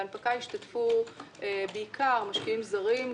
בהנפקה השתתפו בעיקר משקיעים זרים,